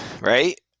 right